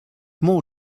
more